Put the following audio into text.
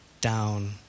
down